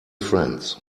friends